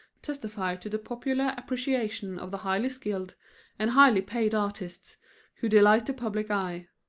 testify to the popular appreciation of the highly skilled and highly paid artists who delight the public eye.